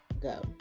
go